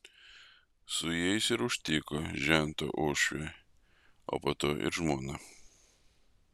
su jais ir užtiko žentą uošviai o po to ir žmona